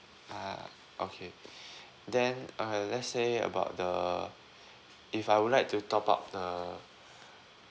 ah okay then uh let's say about the uh if I would like to top up the